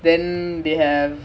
I